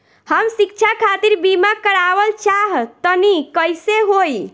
हम शिक्षा खातिर बीमा करावल चाहऽ तनि कइसे होई?